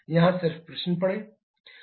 यहाँ सिर्फ प्रश्न पढ़ें